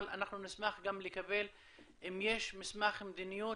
אבל אנחנו נשמח לקבל אם יש מסמך מדיניות